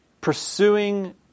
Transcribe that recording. pursuing